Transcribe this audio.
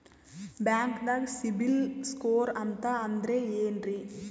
ಬ್ಯಾಂಕ್ದಾಗ ಸಿಬಿಲ್ ಸ್ಕೋರ್ ಅಂತ ಅಂದ್ರೆ ಏನ್ರೀ?